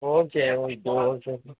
okay okay okay sir